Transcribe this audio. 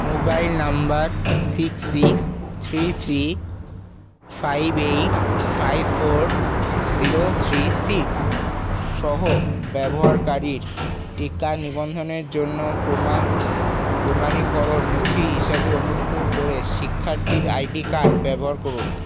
mobile number six six three three five eight five four zero three six সহ ব্যবহারকারীর টিকা নিবন্ধনের জন্য প্রমাণীকরণ নথি হিসাবে অনুগ্রহ করে শিক্ষার্থীর আইডি কার্ড ব্যবহার করুন